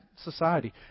society